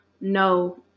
no